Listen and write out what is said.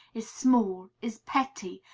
is small, is petty,